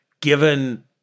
given